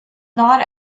not